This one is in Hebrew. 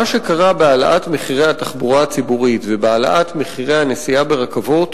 מה שקרה בהעלאת מחירי התחבורה הציבורית ובהעלאת מחירי הנסיעה ברכבות